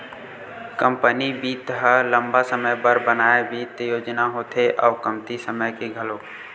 company बित्त ह लंबा समे बर बनाए बित्त योजना होथे अउ कमती समे के घलोक